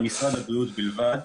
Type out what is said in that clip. למשרד הבריאות בלבד.